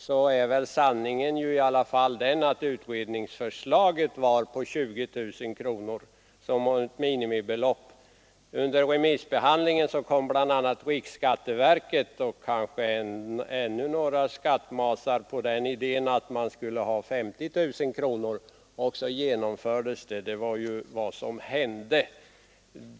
Sanningen är väl den att utredningsförslaget var på 20000 kronor som minimibelopp. Under remissbehandlingen kom bl.a. riksskatteverket och kanske ännu några skattmasar på den idén att beloppet skulle sättas till 50 000 kronor, och så genomfördes detta. Det var vad som hände.